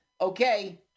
okay